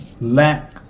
lack